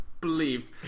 Believe